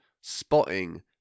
spotting